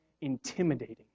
intimidating